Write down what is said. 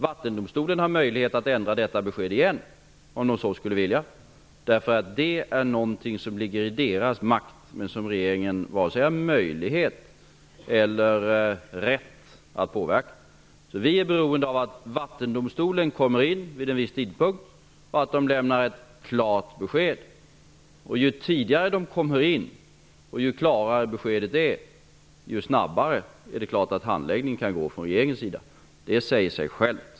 Vattendomstolen har möjlighet att ändra detta besked igen, om den så skulle vilja. Det är någonting som ligger i dess makt och som regeringen vare sig har möjlighet eller rätt att påverka. Vi är beroende av att Vattendomstolens yttrande kommer in vid en viss tidpunkt och att den lämnar ett klart besked. Ju tidigare yttrandet kommer in och ju klarare beskedet är, desto snabbare kan handläggningen gå från regeringens sida. Det säger sig självt.